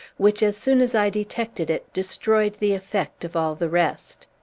which, as soon as i detected it, destroyed the effect of all the rest.